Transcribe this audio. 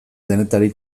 denetarik